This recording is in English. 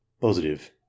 Positive